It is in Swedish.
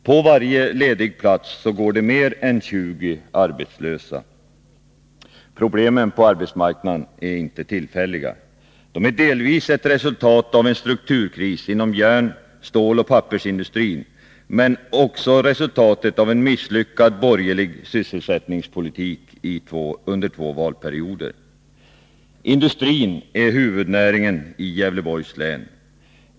På varje ledig plats går det mer än 20 arbetslösa. Problemen på arbetsmarknaden är inte tillfälliga. De är delvis ett resultat aven strukturkris inom järn-, ståloch pappersindustrin men också resultatet av en misslyckad borgerlig sysselsättningspolitik under två valperioder. Industrin är huvudnäringen i Gävleborgs län.